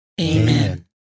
Amen